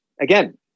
Again